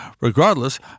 regardless